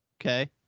okay